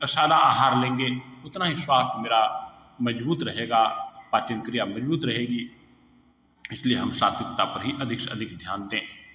और सादा आहार लेंगे उतना ही स्वास्थ्य मेरा मज़बूत रहेगा पाचन क्रिया मज़बूत रहेगी इसलिए हम सात्विकता पर ही अधिक से अधिक ध्यान दें